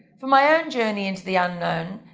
for my own journey into the unknown,